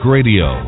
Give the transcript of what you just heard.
Radio